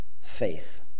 Faith